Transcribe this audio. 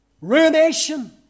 ruination